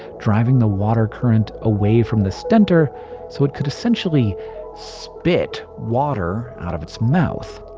driving the water current away from the stentor so it could essentially spit water out of its mouth.